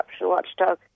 watchdog